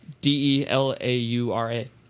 D-E-L-A-U-R-A